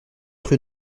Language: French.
rue